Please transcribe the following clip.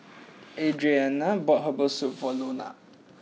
Adrianna bought Herbal Soup for Lona